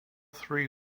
three